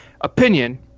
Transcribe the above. opinion